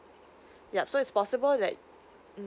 ya so it's possible like